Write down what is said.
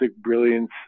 brilliance